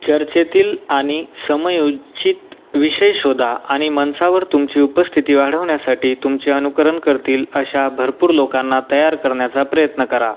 चर्चेतील आणि समयोचित विषय शोधा आणि मन्सावर तुमची उपस्थिती वाढवण्यासाठी तुमचे अनुकरण करतील अशा भरपूर लोकांना तयार करण्याचा प्रयत्न करा